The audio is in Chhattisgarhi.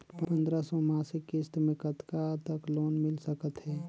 पंद्रह सौ मासिक किस्त मे कतका तक लोन मिल सकत हे?